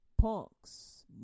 punks